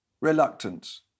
Reluctance